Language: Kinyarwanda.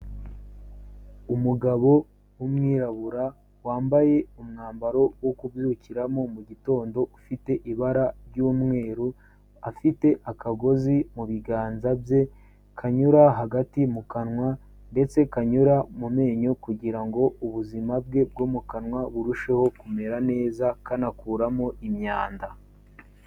Umugabo w'umwirabura wambaye umwambaro wo byukiramo mu mugitondo ufite ibara ry'umweru, afite akagozi mu biganza bye kanyura hagati mu kanwa ndetse kanyura mu menyo kugira ngo ubuzima bwe bwo mu kanwa burusheho kumera neza kanakuramo imyanda.